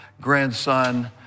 grandson